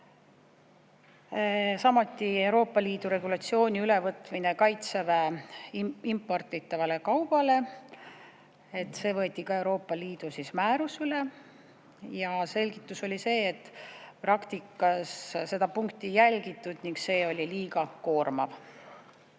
Samuti Euroopa Liidu regulatsiooni ülevõtmine Kaitseväe imporditavale kaubale, et võeti ka Euroopa Liidu määrus üle, ja selgitus oli see, et praktikas seda punkti ei jälgitud ning see oli liiga koormav.